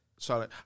Sorry